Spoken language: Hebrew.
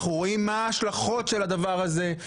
אנחנו רואים מה ההשלכות של הדבר הזה.